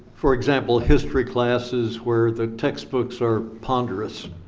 for example, history classes where the textbooks are ponderous,